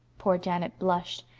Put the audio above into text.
poor janet blushed,